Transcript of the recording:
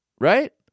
right